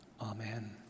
Amen